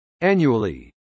annually